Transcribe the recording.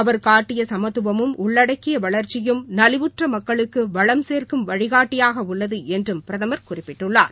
அவா் காட்டிய சமத்துவமும் உள்ளடக்கிய வளா்ச்சியும் நலிவுற்ற மக்களுக்கு வளம் சேள்க்கும் வழிகாட்டியாக உள்ளது என்றும் பிரதமர் குறிப்பிட்டுள்ளார்